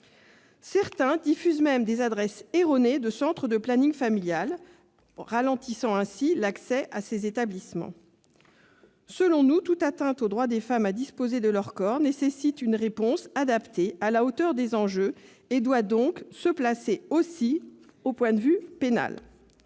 Certains diffusent même des adresses erronées de centres du planning familial, ralentissant ainsi l'accès à ces établissements. Selon nous, toute atteinte au droit des femmes à disposer de leurs corps appelle une réponse à la hauteur des enjeux, qui doit donc se placer aussi sur le plan pénal.